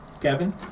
Kevin